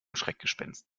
schreckgespenst